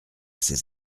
ces